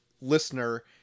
listener